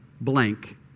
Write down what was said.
blank